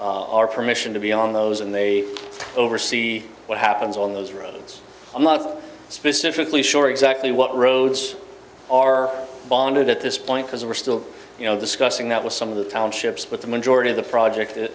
our permission to be on those and they over see what happens on those roads i'm not specifically sure exactly what roads are bonded at this point because we're still you know the scutching out with some of the townships but the majority of the project